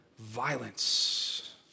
Violence